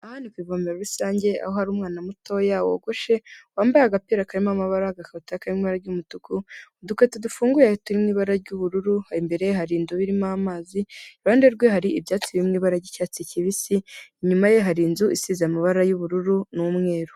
Aha ni kw’ivomero rusange aho hari umwana mutoya wogoshe, wambaye agapira karimo amabara, agakabutura kari mu ibara ry'umutuku, udukweto dufunguye turi mu ibara ry'ubururu, imbere hari indobo irimo amazi, iruhande rwe hari ibyatsi biri mu ibara ry'icyatsi kibisi, inyuma ye hari inzu isize amabara y’ubururu n'umweru.